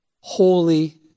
holy